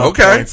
Okay